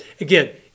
again